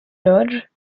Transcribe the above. lodge